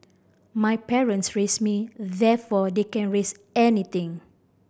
my parents raised me therefore they can raise anything